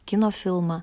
kino filmą